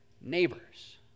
neighbors